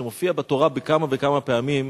שמופיע בתורה כמה וכמה פעמים,